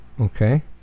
okay